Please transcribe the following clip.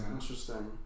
Interesting